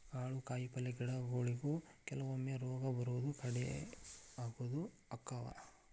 ಕಾಳು ಕಾಯಿಪಲ್ಲೆ ಗಿಡಗೊಳಿಗು ಕೆಲವೊಮ್ಮೆ ರೋಗಾ ಬರುದು ಕೇಡಿ ಆಗುದು ಅಕ್ಕಾವ